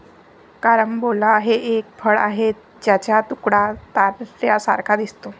carambola हे एक फळ आहे ज्याचा तुकडा ताऱ्यांसारखा दिसतो